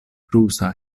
rusa